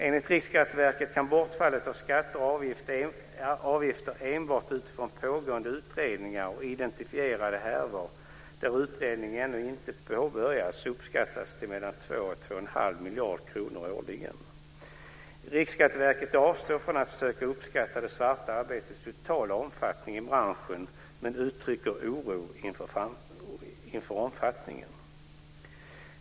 Enligt RSV kan bortfallet av skatter och avgifter enbart utifrån pågående utredningar och identifierade härvor, där utredning ännu inte påbörjats, uppskattas till mellan 2 och 2,5 miljarder kronor årligen. RSV avstår från att försöka uppskatta det svarta arbetets totala omfattning i branschen men uttrycker en oro inför omfattningen.